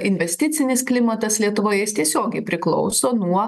investicinis klimatas lietuvoje jis tiesiogiai priklauso nuo